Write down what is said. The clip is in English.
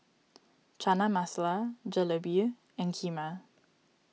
Chana Masala Jalebi and Kheema